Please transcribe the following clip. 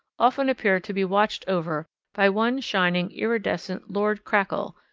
often appear to be watched over by one shining, iridescent lord crackle,